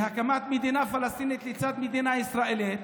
בהקמת מדינה פלסטינית לצד מדינה ישראלית.